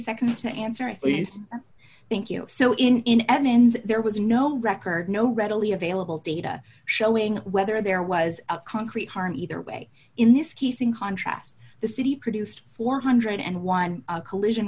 seconds to answer at least thank you so in in ns there was no record no readily available data showing whether there was a concrete harm either way in this case in contrast the city produced four hundred and one dollars collision